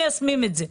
מיישמים את זה.